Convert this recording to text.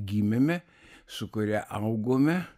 gimėme su kuria augome